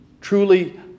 truly